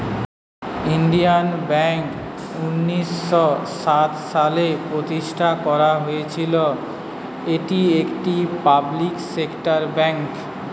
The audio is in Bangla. ইন্ডিয়ান ব্যাঙ্ক উনিশ শ সাত সালে প্রতিষ্ঠান করা হয়েছিল, এটি একটি পাবলিক সেক্টর বেঙ্ক